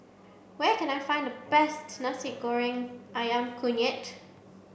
where can I find the best Nasi Goreng Ayam Kunyit